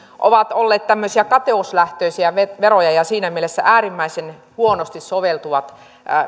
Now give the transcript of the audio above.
ovat olleet tämmöisiä kateuslähtöisiä veroja ja siinä mielessä äärimmäisen huonosti soveltuvat